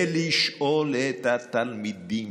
ולשאול את התלמידים,